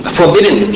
forbidden